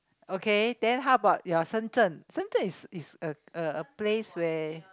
okay then how about your Shenzhen Shenzhen is is a a a place where